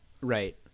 right